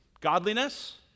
Godliness